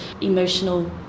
emotional